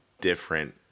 different